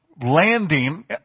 landing